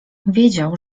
wiedział